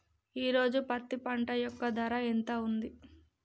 ఈ రోజు పత్తి పంట యొక్క ధర ఎంత ఉంది?